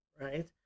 right